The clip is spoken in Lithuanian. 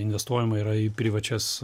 investuojama yra į privačias